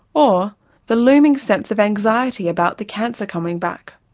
or the looming sense of anxiety about the cancer coming back.